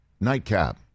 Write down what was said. nightcap